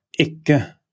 Ikke